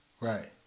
Right